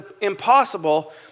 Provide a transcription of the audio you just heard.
impossible